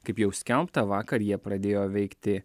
kaip jau skelbta vakar jie pradėjo veikti